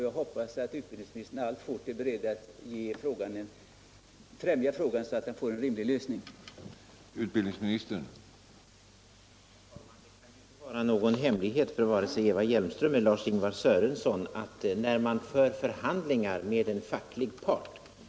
Jag hoppas att utbildningsministern alltfort är beredd att främja en rimlig lösning av frågan och att han nu vet hur man då kan gå till väga.